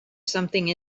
something